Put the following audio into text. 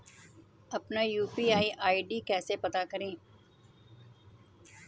अपना UPI ID कैसे पता करें?